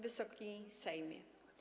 Wysoki Sejmie!